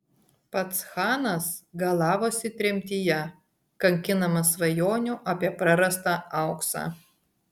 pats chanas galavosi tremtyje kankinamas svajonių apie prarastą auksą